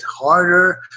harder